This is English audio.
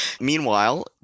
Meanwhile